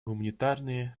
гуманитарные